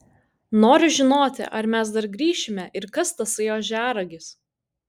noriu žinoti ar mes dar grįšime ir kas tasai ožiaragis